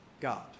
God